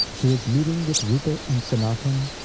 to his meeting with rupa and sanatan,